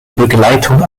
begleitung